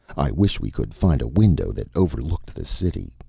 i wish we could find a window that overlooked the city.